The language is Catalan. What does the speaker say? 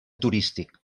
turístic